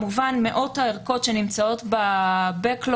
מאות הערכות ב-backlog,